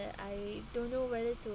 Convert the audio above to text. I don't know whether to